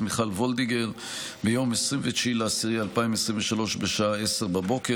מיכל וולדיגר ביום 29 באוקטובר 2023 בשעה 10:00,